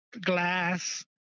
glass